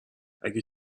اگه